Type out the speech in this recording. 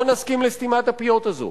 לא נסכים לסתימת הפיות הזאת,